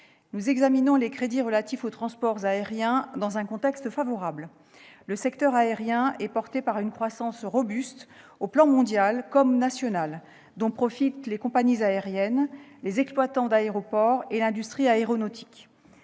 Nous examinons les crédits relatifs aux transports aériens dans un contexte favorable : le secteur aérien est porté par une croissance robuste sur le plan mondial comme national, dont profitent les compagnies aériennes, les exploitants d'aéroports et l'industrie aéronautique.